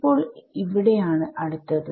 ഇപ്പോൾ ഇവിടെയാണ് അടുത്തത്